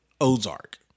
Ozark